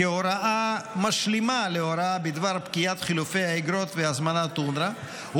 כהוראה משלימה להוראה בדבר פקיעת חילופי האיגרות והזמנת אונר"א,